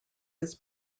his